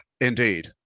indeed